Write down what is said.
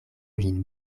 lin